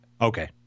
Okay